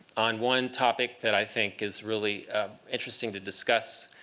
on one topic that i think is really interesting to discuss